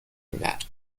میدهد